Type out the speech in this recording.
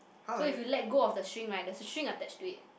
so if you let go of the string right there's a string attached to it